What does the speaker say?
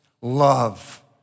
love